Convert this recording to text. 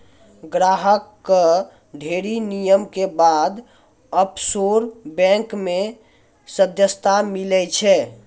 ग्राहक कअ ढ़ेरी नियम के बाद ऑफशोर बैंक मे सदस्यता मीलै छै